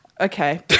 Okay